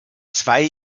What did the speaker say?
zwei